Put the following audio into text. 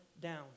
down